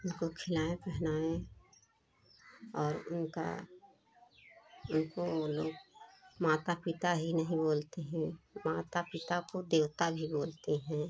उनको खिलाएँ पहनाएँ और उनका उनको वो लोग माता पिता ही नहीं बोलते हैं माता पिता को देवता भी बोलते हैं